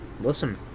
Listen